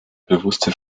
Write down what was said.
bewusste